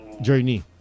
Journey